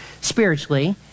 spiritually